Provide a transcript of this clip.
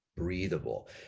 breathable